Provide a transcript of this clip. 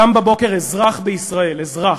קם בבוקר אזרח בישראל, אזרח,